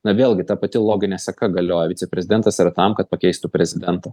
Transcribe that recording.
na vėlgi ta pati loginė seka galioja viceprezidentas yra tam kad pakeistų prezidentą